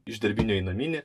iš darbinio į naminį